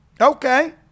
okay